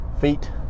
feet